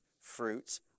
fruits